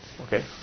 Okay